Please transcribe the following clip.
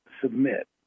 submit